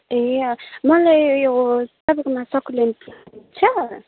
ए अँ मलाई यो तपाईँकोमा सकुलेन्ट छ